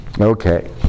Okay